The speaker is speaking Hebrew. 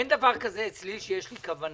אין דבר כזה אצלי שיש לי כוונה.